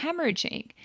hemorrhaging